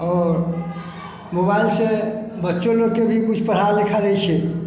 आओर मोबाइलसे बच्चो लोकके भी किछु पढ़ा लिखा लै छिए